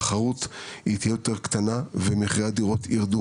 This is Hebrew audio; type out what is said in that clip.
התחרות היא תהיה יותר קטנה ומחירי הדירות ירדו